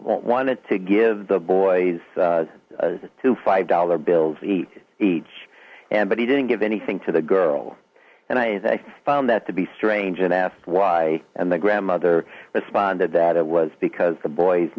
e wanted to give the boys two five dollar bills each and but he didn't give anything to the girl and i found that to be strange and asked why and the grandmother responded that it was because the boys